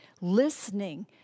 listening